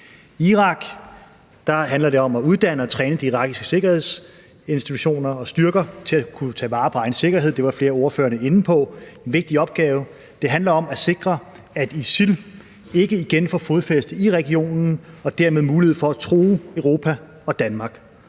I Irak handler det om at uddanne og træne de irakiske sikkerhedsinstitutioner og styrker til at kunne tage vare på egen sikkerhed, som flere af ordførerne var inde på er en vigtig opgave, for det handler om at sikre, at ISIL ikke igen får fodfæste i regionen og dermed mulighed for at true Europa og Danmark.